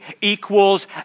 equals